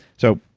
so,